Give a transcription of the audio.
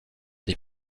des